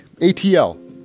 ATL